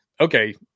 okay